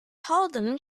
holden